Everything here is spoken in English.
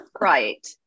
right